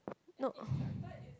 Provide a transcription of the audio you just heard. not